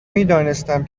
میدانستم